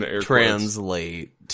translate